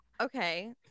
okay